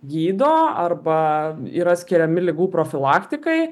gydo arba yra skiriami ligų profilaktikai